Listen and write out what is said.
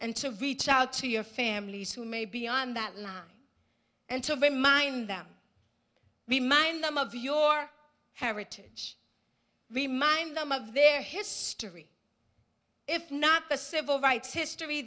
and to reach out to your families who may be on that line and to remind them remind them of your heritage remind them of their history if not the civil rights history